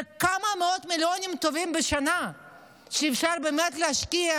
זה כמה מאות מיליונים טובים בשנה שאפשר באמת להשקיע